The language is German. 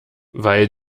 weil